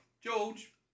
George